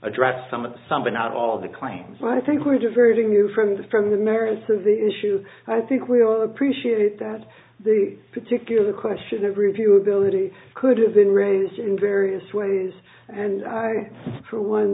address some of the some but not all of the clients i think were diverting you from the from the merits of the issue i think we all appreciate it that the particular question of review ability could have been raised in various ways and i for one